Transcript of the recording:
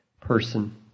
person